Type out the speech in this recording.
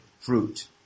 fruit